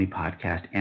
podcast